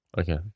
Okay